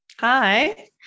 Hi